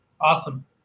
awesome